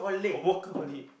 oh workaholic